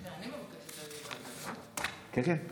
כן, כן.